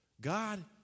God